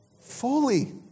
fully